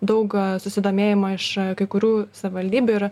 daug susidomėjimo iš kai kurių savivaldybių ir